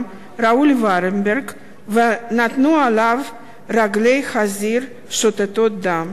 ראול ולנברג ונתלו עליו רגלי חזיר שותתות דם.